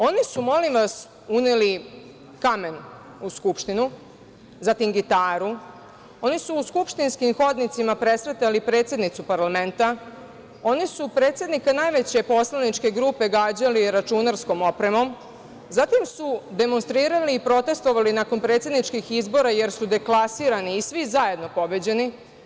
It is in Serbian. Oni su uneli kamen u Skupštinu, zatim gitaru, oni u skupštinskim hodnicima presretali predsednicu parlamenta, oni su predsednika najveće poslaničke grupe gađali računarskom opremom, zatim su demonstrirali i protestvovali nakon predsedničkih izbora jer su deklasirani i svi zajedno pobeđeni.